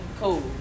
cool